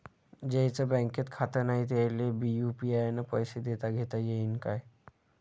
ज्याईचं बँकेत खातं नाय त्याईले बी यू.पी.आय न पैसे देताघेता येईन काय?